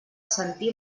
sentir